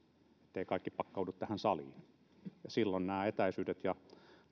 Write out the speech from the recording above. etteivät kaikki pakkaudu tähän saliin silloin nämä etäisyydet ja